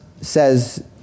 says